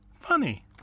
Funny